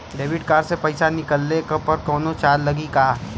Debit card से पैसा निकलले पर कौनो चार्ज लागि का?